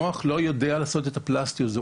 המוח לא יודע לעשות את הפלסטיות הזו,